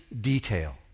detail